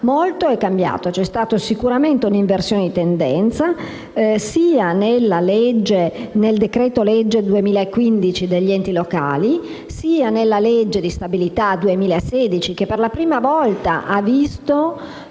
molto è cambiato. C'è stata sicuramente un'inversione di tendenza, sia nel decreto-legge n. 78 del 2015, sia nella legge di stabilità 2016 che, per la prima volta, anziché